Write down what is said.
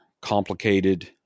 complicated